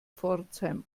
pforzheim